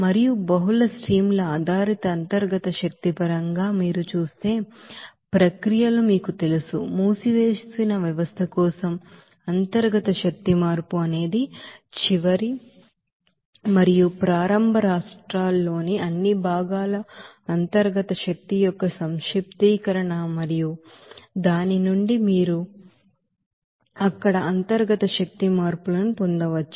మరియు బహుళ స్ట్రీమ్ ల ఇంటర్నల్ ఎనర్జీ పరంగా మీరు చూసే ప్రక్రియలు మీకు తెలుసు మూసివేసిన వ్యవస్థ కోసం ఇంటర్నల్ ఎనర్జీ చేంజ్ అనేది చివరి మరియు ప్రారంభ రాష్ట్రాల్లోని అన్ని భాగా ఇంటర్నల్ ఎనర్జీ యొక్క సమ్మషన్ మరియు దాని నుండి మీరు అక్కడ ఇంటర్నల్ ఎనర్జీ చేంజ్ ను పొందవచ్చు